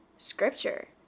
scripture